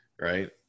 right